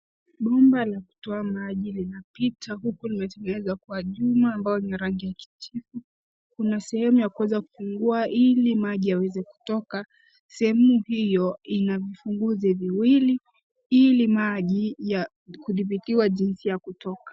Bomba la kutoa maji linapita huku limetengenezwa kwa chuma ambayo ni ya rangi ya kijivu. Kuna sehemu ya kuweza kufungua ili maji yaweze kutoka. Sehemu hiyo ina vifunguzi viwili, ili maji ya kudhibitiwa jinsi ya kutoka.